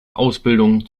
ausbildung